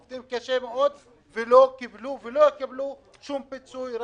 הם עובדים קשה מאוד ולא יקבלו שום פיצוי,